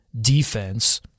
defense